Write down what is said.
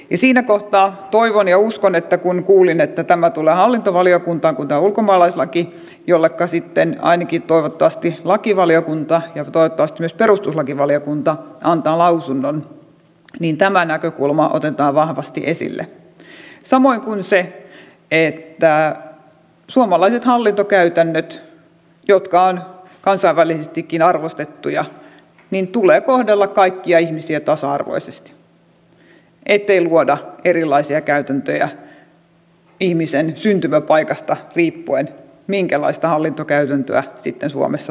ja siinä kohtaa toivon ja uskon kuulin että tämä tulee hallintovaliokuntaan kun tämä on ulkomaalaislaki jolleka toivottavasti ainakin lakivaliokunta ja toivottavasti myös perustuslakivaliokunta antavat lausunnon että tämä näkökulma otetaan vahvasti esille samoin kuin suomalaiset hallintokäytännöt jotka ovat kansainvälisestikin arvostettuja että tulee kohdella kaikkia ihmisiä tasa arvoisesti ettei luoda ihmisen syntymäpaikasta riippuen erilaisia käytäntöjä minkälaista hallintokäytäntöä sitten suomessa toteutetaan